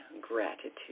Gratitude